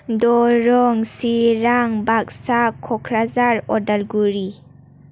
दरं चिरां बागसा क'क्राझार उदालगुरि